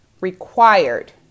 required